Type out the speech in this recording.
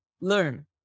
learn